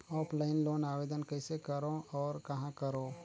Offline loan आवेदन कइसे करो और कहाँ करो?